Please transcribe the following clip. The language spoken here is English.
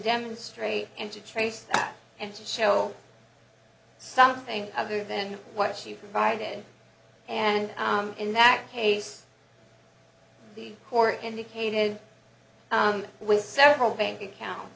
demonstrate and to trace that and to show something other than what she provided and in that case the court indicated with several bank account